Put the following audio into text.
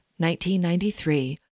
1993